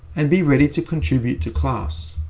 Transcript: and be ready to contribute to class.